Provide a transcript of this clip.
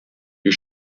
you